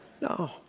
No